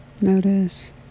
Notice